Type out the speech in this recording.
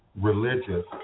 religious